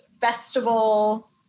festival